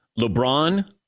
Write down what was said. LeBron